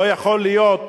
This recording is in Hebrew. לא יכול להיות,